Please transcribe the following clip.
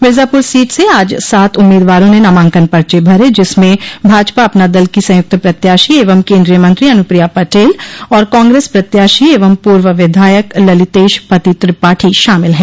Mirzapur seat से आज सात उम्मीदवारों ने नामांकन पर्चे भरे जिसमें भाजपा अपना दल की संयुक्त प्रत्याशी एवं केन्द्रीय मंत्री अनुप्रिया पटेल और कांग्रेस प्रत्याशी एव पूर्व विधायक ललितेश पति त्रिपाठी शामिल ह